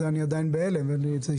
אני עדיין בהלם מזה.